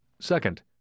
Second